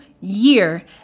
year